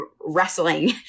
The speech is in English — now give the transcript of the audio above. wrestling